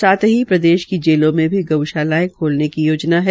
साथ ही प्रदेश की जेलों में भी गऊशालाओं खोलने की योजना है